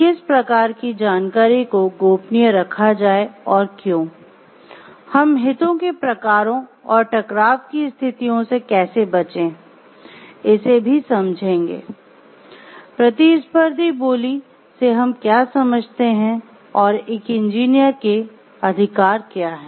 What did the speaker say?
हम गोपनीयता से हम क्या समझते हैं और एक इंजीनियर के अधिकार क्या हैं